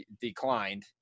declined